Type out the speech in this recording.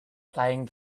playing